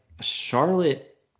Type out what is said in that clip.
Charlotte